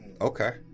Okay